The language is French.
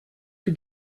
que